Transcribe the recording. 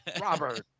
Robert